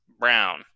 brown